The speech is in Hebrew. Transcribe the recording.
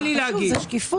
זה חשוב, זה שקיפות.